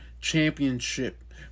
Championship